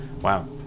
Wow